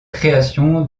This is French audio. création